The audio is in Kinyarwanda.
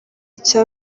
cya